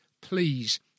please